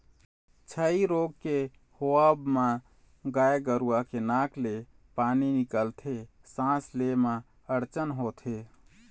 छई रोग के होवब म गाय गरु के नाक ले पानी निकलथे, सांस ले म अड़चन होथे